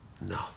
no